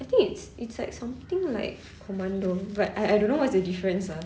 I think it's it's like something like commando but I I don't know what's the difference ah